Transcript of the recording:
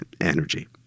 energy